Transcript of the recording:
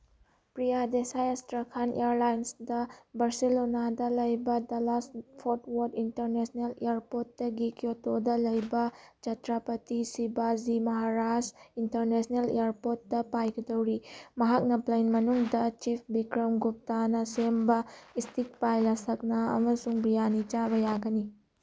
ꯄ꯭ꯔꯤꯌꯥ ꯗꯦꯁꯥꯏ ꯑꯁꯇ꯭ꯔꯈꯥꯟ ꯏꯌꯔꯂꯥꯏꯟꯁꯇ ꯕꯔꯁꯦꯂꯣꯅꯥꯗ ꯂꯩꯕ ꯗ ꯂꯥꯁ ꯐꯣꯔꯠ ꯋꯔꯠ ꯏꯟꯇꯔꯅꯦꯁꯅꯦꯜ ꯏꯌꯔꯄꯣꯔꯠꯇꯒꯤ ꯀ꯭ꯌꯣꯇꯣꯗ ꯂꯩꯕ ꯆꯇ꯭ꯔꯄꯇꯤ ꯁꯤꯕꯥꯖꯤ ꯃꯍꯥꯔꯥꯖ ꯏꯟꯇꯔꯅꯦꯁꯅꯦꯜ ꯏꯌꯔꯄꯣꯔꯠꯇ ꯄꯥꯏꯒꯗꯧꯔꯤ ꯃꯍꯥꯛꯅ ꯄ꯭ꯂꯦꯟ ꯃꯅꯨꯡꯗ ꯆꯤꯞ ꯕꯤꯀ꯭ꯔꯝ ꯒꯨꯞꯇꯥꯟꯅ ꯁꯦꯝꯕ ꯏꯁꯇꯤꯛ ꯄꯥꯏ ꯔꯁꯛꯅ ꯑꯃꯁꯨꯡ ꯕꯤꯔꯌꯥꯅꯤ ꯆꯥꯕ ꯌꯥꯒꯅꯤ